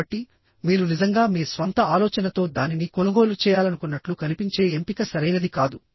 కాబట్టి మీరు నిజంగా మీ స్వంత ఆలోచనతో దానిని కొనుగోలు చేయాలనుకున్నట్లు కనిపించే ఎంపిక సరైనది కాదు